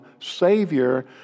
Savior